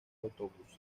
autobuses